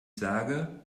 sage